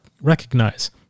recognize